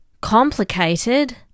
complicated